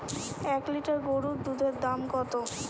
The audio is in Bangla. এক লিটার গোরুর দুধের দাম কত?